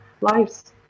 lives